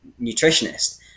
nutritionist